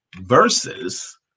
versus